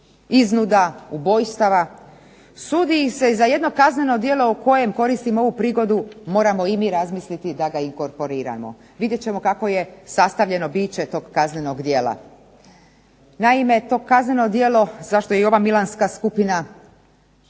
iznuda, ubojstava, sudi ih se i za jedno kazneno djelo o kojem, koristim ovu prigodu, moramo i mi razmisliti da ga inkorporiramo. Vidjet ćemo kako je sastavljeno biće tog kaznenog djela. Naime, to kazneno djelo za što je i ova milanska skupina